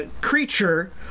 creature